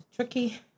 Tricky